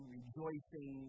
rejoicing